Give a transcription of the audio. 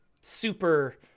super